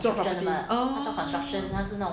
做 property oh